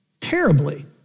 terribly